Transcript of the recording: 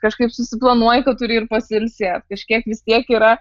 kažkaip susiplanuoji kad turi ir pasiilsėt kažkiek vis tiek yra